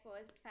first